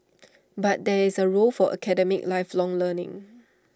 but there is A role for academic lifelong learning